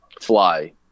fly